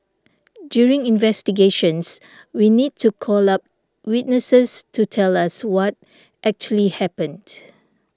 during investigations we need to call up witnesses to tell us what actually happened